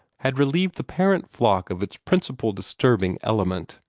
had relieved the parent flock of its principal disturbing element.